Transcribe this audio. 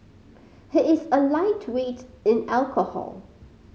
he is a lightweight in alcohol